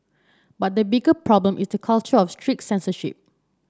but the bigger problem is culture of strict censorship